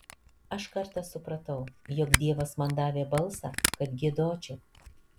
aš kartą supratau jog dievas man davė balsą kad giedočiau